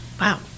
Wow